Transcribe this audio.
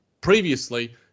previously